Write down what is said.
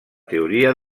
teoria